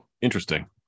Interesting